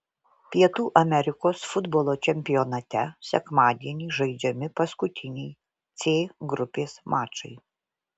pietų amerikos futbolo čempionate sekmadienį žaidžiami paskutiniai c grupės mačai